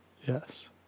Yes